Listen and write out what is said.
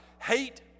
hate